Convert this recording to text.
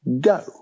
go